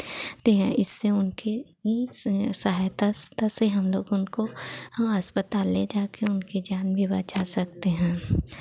ते हैं इससे उनकी ई सहायता ता से हम लोग उनको हम अस्पताल ले जाके उनकी जान भी बचा सकते हैं